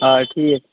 آ ٹھیٖک